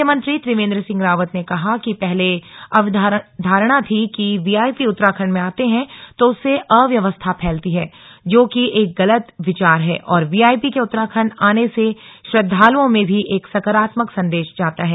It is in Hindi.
मुख्यमंत्री त्रिवेंद्र सिंह रावत ने कहा कि पहले अवधारणा थी कि वीआईपी उत्तराखंड में आते हैं तो उससे अव्यवस्था फैलती है जो कि एक गलत विचार है और वीआईपी के उत्तराखंड आने से श्रद्धालुओं में भी एक सकारात्मक संदेश जाता है